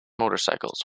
motorcycles